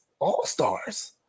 all-stars